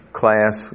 class